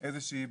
איזושהי בקשה,